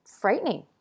frightening